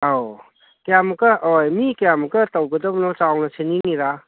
ꯑꯧ ꯀꯌꯥꯃꯨꯛꯀ ꯑꯧ ꯃꯤ ꯀꯌꯥꯃꯨꯛꯀ ꯇꯧꯒꯗꯕꯅꯣ ꯆꯥꯎꯅ ꯁꯦꯝꯅꯤꯡꯉꯤꯔꯥ